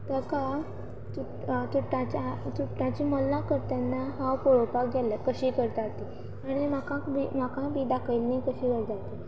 ताका चुट्टांची मल्लां करतना हांव पळोवपाक गेल्लें कशीं करता तीं आनी म्हाका म्हाका बी दाखयिल्लीं कशीं करता तीं